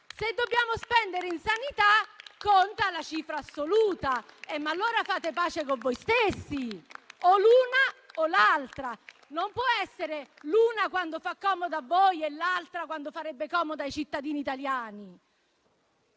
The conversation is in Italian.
se dobbiamo spendere in sanità, conta la cifra assoluta. Fate pace con voi stessi: o l'una o l'altra. Non può essere l'una quando fa comodo a voi e l'altra quando farebbe comodo ai cittadini italiani.